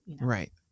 right